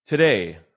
Today